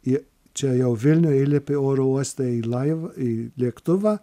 ji čia jau vilniuje įlipi oro uoste į laivą į lėktuvą